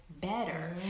better